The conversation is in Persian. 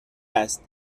است